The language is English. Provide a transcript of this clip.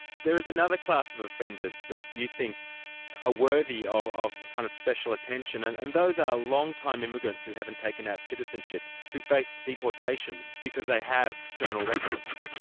there is another class of offender that you think is ah worthy um of kind of special attention, and and those are long-time immigrants who haven't taken out citizenship, who face deportation because they have criminal records.